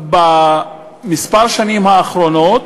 בשנים האחרונות,